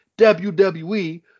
WWE